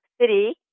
City